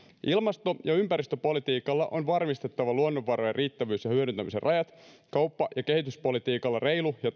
ilmasto ja ympäristöpolitiikalla on varmistettava luonnonvarojen riittävyys ja hyödyntämisen rajat kauppa ja kehityspolitiikalla reilu ja